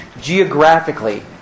geographically